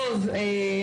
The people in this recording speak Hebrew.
תודה.